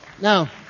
Now